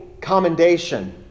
commendation